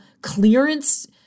clearance